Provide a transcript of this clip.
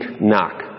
knock